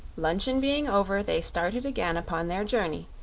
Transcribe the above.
luncheon being over they started again upon their journey,